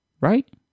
right